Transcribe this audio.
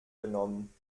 genommen